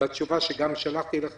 בתשובה שגם שלחתי לך,